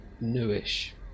newish